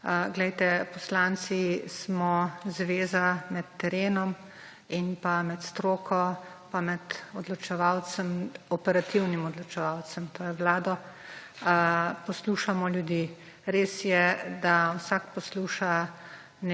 Glejte, poslanci smo zveza med terenom in pa med stroko in med operativnim odločevalcem, to je vlado. Poslušamo ljudi. Res je, da vsak posluša